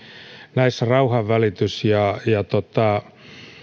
näissä rauhanvälitys ja